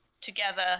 together